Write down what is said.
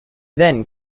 then